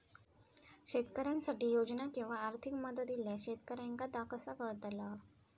शेतकऱ्यांसाठी योजना किंवा आर्थिक मदत इल्यास शेतकऱ्यांका ता कसा कळतला?